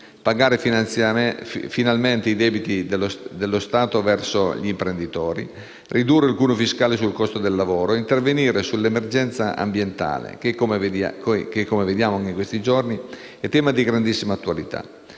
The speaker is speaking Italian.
pagare finalmente i debiti dello Stato verso gli imprenditori, ridurre il cuneo fiscale sul costo del lavoro e intervenire sull'emergenza ambientale, che - come vediamo anche in questi giorni - è tema di grandissima attualità,